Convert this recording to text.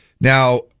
Now